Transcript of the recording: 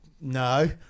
No